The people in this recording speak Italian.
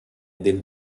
del